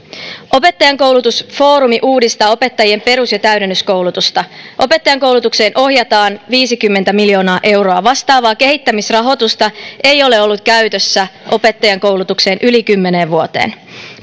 opettajankoulutusfoorumi uudistaa opettajien perus ja täydennyskoulutusta opettajankoulutukseen ohjataan viisikymmentä miljoonaa euroa vastaavaa kehittämisrahoitusta ei ole ollut käytössä opettajankoulutukseen yli kymmeneen vuoteen